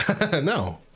No